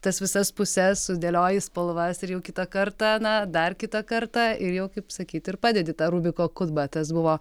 tas visas puses sudėlioji spalvas ir jau kitą kartą na dar kitą kartą ir jau kaip sakyt ir padedi tą rubiko kubą tas buvo